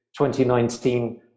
2019